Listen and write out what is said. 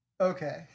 Okay